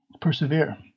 persevere